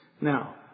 Now